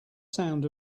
sound